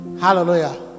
Hallelujah